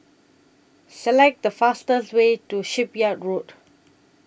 Select The fastest Way to Shipyard Road